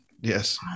yes